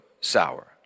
sour